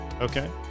Okay